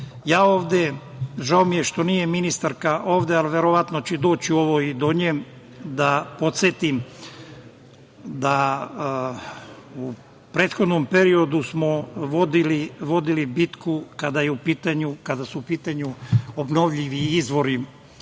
gas. Žao mi je što nije ministarka ovde, ali verovatno će ovo doći do nje, podsetio bih da smo u prethodnom periodu vodili bitku kada su u pitanju obnovljivi izvori